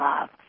love